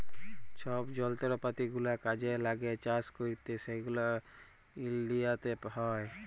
ছব যলত্রপাতি গুলা কাজে ল্যাগে চাষ ক্যইরতে সেগলা ইলডিয়াতে হ্যয়